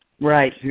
Right